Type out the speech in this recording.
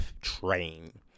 train